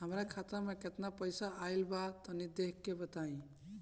हमार खाता मे केतना पईसा आइल बा तनि देख के बतईब?